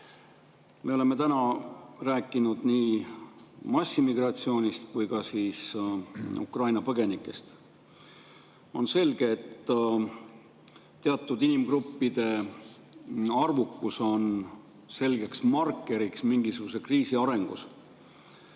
Me oleme täna rääkinud nii massiimmigratsioonist kui ka Ukraina põgenikest. On selge, et teatud inimgruppide arvukus on markeriks mingisuguse kriisi arengus.